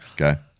Okay